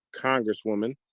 Congresswoman